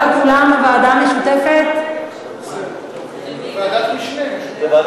דיברנו על ועדה משולבת של ועדת הפנים עם ועדת חוץ וביטחון,